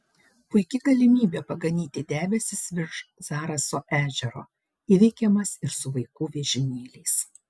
puiki galimybė paganyti debesis virš zaraso ežero įveikiamas ir su vaikų vežimėliais